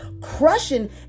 Crushing